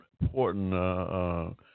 important